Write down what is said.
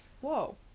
whoa